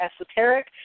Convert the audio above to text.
esoteric